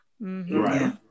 right